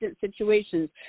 situations